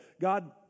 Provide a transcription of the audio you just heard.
God